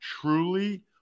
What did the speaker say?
truly